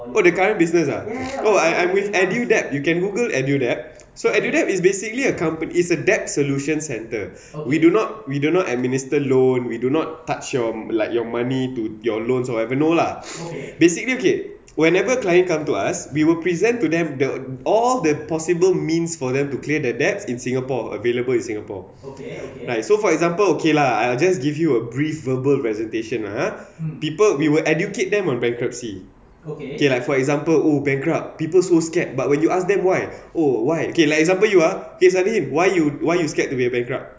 the current business lah oh I I with edudebt you can google edudebt so edudebt is basically a com~ is a debt solution centre we do not we do not administer loan we do not touch your like your money to your loans or whatever no lah basically okay whenever client come to us we will present to them the all the possible means for them to clear the deaths in singapore available in singapore okay right so for example okay lah I will just give you a brief verbal presentation ah people we will educate them on bankruptcy okay okay like for example oh bankrupt people so scared but when you ask them why oh why okay like example you suddenly you why you why you scared to be a bankrupt